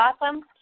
awesome